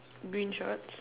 green shorts